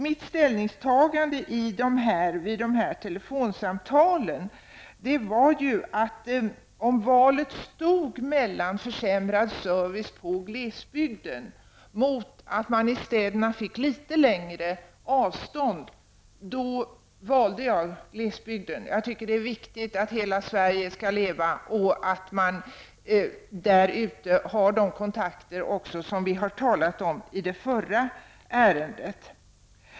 Mitt ställningstagande efter att jag hade fått dessa telefonsamtal var, att om valet stod mellan försämrad service i glesbygden mot att man i städerna fick litet längre avstånd till postkontoren, skulle jag välja glesbygden. Jag tycker att det är viktigt att hela Sverige skall leva och att man har de kontakter som vi talade om tidigare.